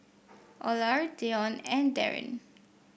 Olar Dione and Darren